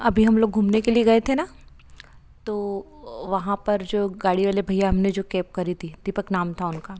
अभी हम लोग घूमने के लिए गए थे ना तो वहाँ पर जो गाड़ी वाले भइया हमने जो कैब करी थी दीपक नाम था उनका